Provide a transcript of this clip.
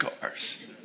cars